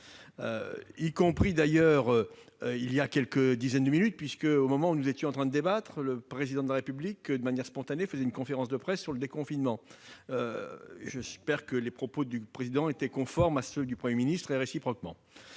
bien ! D'ailleurs, voilà quelques dizaines de minutes, au moment où nous étions en train de débattre, le Président de la République, de manière spontanée, faisait une conférence de presse sur le déconfinement. J'espère que ses propos étaient conformes à ceux du Premier ministre- et réciproquement.